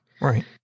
Right